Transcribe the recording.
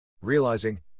Realizing